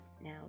Now